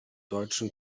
deutschen